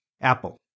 Apple